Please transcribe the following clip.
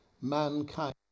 mankind